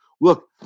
look